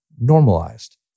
Normalized